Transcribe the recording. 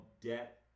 debt